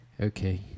Okay